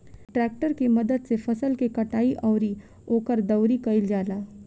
tractor के मदद से फसल के कटाई अउरी ओकर दउरी कईल जाला